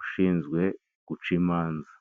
Ushinzwe guca imanza.